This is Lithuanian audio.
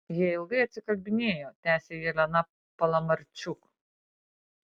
jie ilgai atsikalbinėjo tęsė jelena palamarčuk